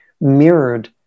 mirrored